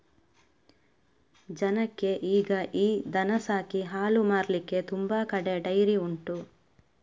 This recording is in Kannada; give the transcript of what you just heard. ಜನಕ್ಕೆ ಈಗ ಈ ದನ ಸಾಕಿ ಹಾಲು ಮಾರ್ಲಿಕ್ಕೆ ತುಂಬಾ ಕಡೆ ಡೈರಿ ಉಂಟು